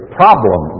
problem